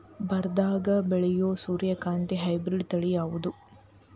ಬರದಾಗ ಬೆಳೆಯೋ ಸೂರ್ಯಕಾಂತಿ ಹೈಬ್ರಿಡ್ ತಳಿ ಯಾವುದು?